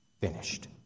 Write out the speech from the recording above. finished